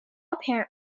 apparent